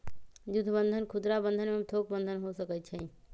जुद्ध बन्धन खुदरा बंधन एवं थोक बन्धन हो सकइ छइ